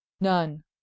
none